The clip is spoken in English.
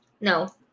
No